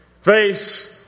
face